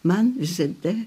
man visada